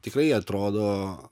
tikrai atrodo